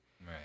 Right